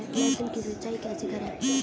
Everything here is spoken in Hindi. लहसुन की सिंचाई कैसे करें?